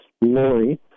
Lori